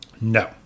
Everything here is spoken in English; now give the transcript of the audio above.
No